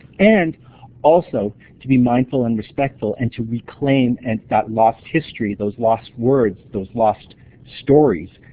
and also to be mindful and respectful and to reclaim and that lost history, those lost words, those lost stories,